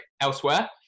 elsewhere